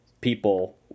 people